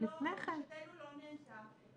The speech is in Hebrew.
ובקשתנו לא נענתה,